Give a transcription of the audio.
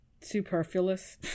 superfluous